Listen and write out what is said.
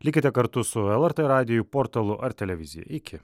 likite kartu su lrt radiju portalu ar televizija iki